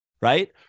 Right